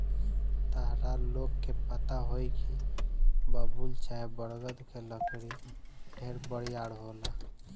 ताहरा लोग के पता होई की बबूल चाहे बरगद के लकड़ी ढेरे बरियार होला